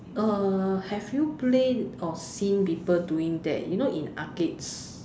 uh have you played or seen people doing that you know in arcades